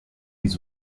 les